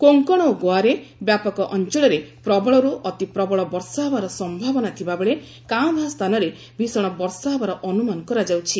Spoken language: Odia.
କୋଙ୍କଣ ଓ ଗୋଆରେ ବ୍ୟାପକ ଅଞ୍ଚଳରେ ପ୍ରବଳରୁ ଅତିପ୍ରବଳ ବର୍ଷା ହେବାର ସମ୍ଭାବନା ଥିବାବେଳେ କାଁଭାଁ ସ୍ଥାନରେ ଭୀଷଣ ବର୍ଷା ହେବାର ଅନ୍ମାନ କରାଯାଉଛି